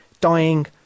dying